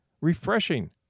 refreshing